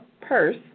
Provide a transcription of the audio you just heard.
Purse